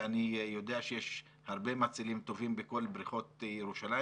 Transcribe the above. ואני יודע שיש הרבה מצילים טובים בכל בריכות ירושלים.